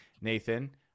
Nathan